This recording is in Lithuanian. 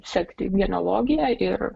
sekti genealogiją ir